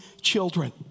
children